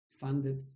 funded